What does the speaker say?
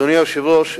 אדוני היושב-ראש,